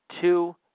Two